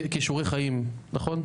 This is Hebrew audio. כישורי חיים, נכון?